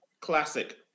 classic